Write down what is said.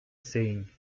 saying